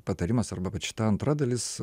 patarimas arba vat šita antra dalis